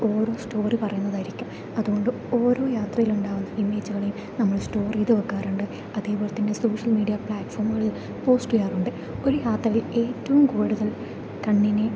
ഓരോ സ്റ്റോറി പറയുന്നതായിരിക്കും അതുകൊണ്ട് ഓരോ യാത്രയിലുണ്ടാവുന്ന ഇമേജുകളെയും നമ്മൾ സ്റ്റോർ ചെയ്തു വയ്ക്കാറുണ്ട് അതേപോലെതന്നെ സോഷ്യൽ മീഡിയ പ്ലാറ്റ്ഫോമുകളിൽ പോസ്റ്റ് ചെയ്യാറുണ്ട് ഒരു യാത്രയിൽ ഏറ്റവും കൂടുതൽ കണ്ണിനെ